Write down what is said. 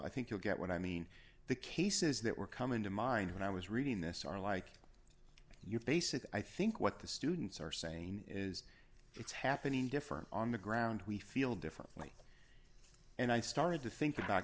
i think you'll get what i mean the cases that were coming to mind when i was reading this are like you basically i think what the students are saying is it's happening different on the ground we feel differently and i started to think about